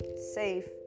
safe